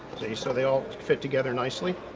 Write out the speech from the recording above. so they all fit together nicely.